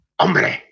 hombre